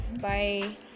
bye